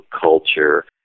culture